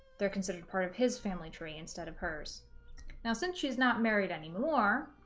they're considered part of his family tree instead of hers now since she's not married anymore